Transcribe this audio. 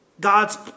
God's